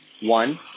One